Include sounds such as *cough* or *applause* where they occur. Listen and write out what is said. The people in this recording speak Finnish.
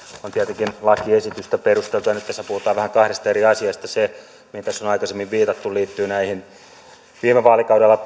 on tietenkin lakiesitystä perusteltu nyt tässä puhutaan vähän kahdesta eri asiasta se mihin tässä on aikaisemmin viitattu liittyy näihin viime vaalikaudella *unintelligible*